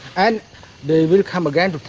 and they will come again but